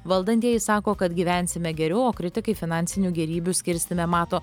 valdantieji sako kad gyvensime geriau o kritikai finansinių gėrybių skirstyme mato